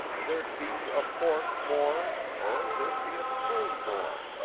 there'd be a fork more, or there'd be a spoon more,